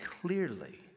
clearly